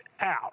out